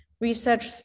research